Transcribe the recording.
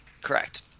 Correct